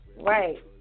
right